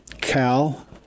Cal